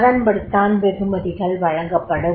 அதன்படித் தான் வெகுமதிகள் வழங்கப்படும்